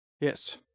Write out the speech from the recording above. Yes